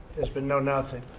there's been no nothing.